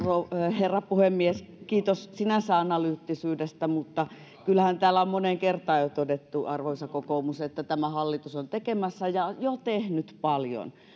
herra puhemies kiitos sinänsä analyyttisyydesta mutta kyllähän täällä on moneen kertaan jo todettu arvoisa kokoomus että tämä hallitus on tekemässä ja jo tehnyt paljon